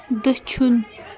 دٔچھُن